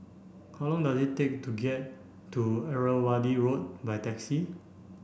how long does it take to get to Irrawaddy Road by taxi